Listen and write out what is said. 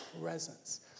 presence